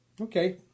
Okay